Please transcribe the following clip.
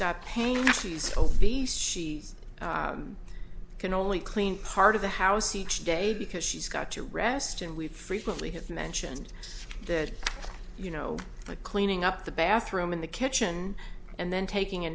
got pain after useful beast she can only clean part of the house each day because she's got to rest and we frequently have mentioned that you know the cleaning up the bathroom in the kitchen and then taking a